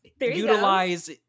utilize